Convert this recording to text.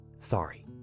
sorry